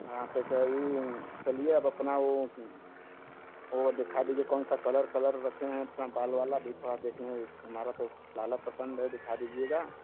हाँ तो सही चलिए अब अपना वो वो दिखा दीजिए कौनसा कलर कलर रखें हैं उसमें बाल वाला भी थोड़ा देखना हमारा तो लाल ही पसंद है दिखा दीजिएगा